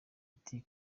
ati